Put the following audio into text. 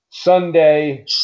Sunday